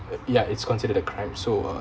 ya it's considered the crime so uh